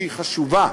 שהיא חשובה,